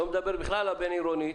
לא מדבר בכלל על הבינעירונית,